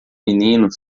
menino